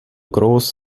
gross